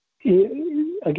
Again